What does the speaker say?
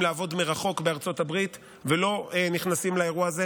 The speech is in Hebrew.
לעבוד מרחוק בארצות הברית ולא נכנסים לאירוע הזה.